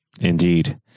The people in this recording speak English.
indeed